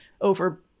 over